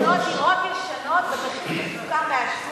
לקנות דירות ישנות במחיר מופקע ממחיר השוק,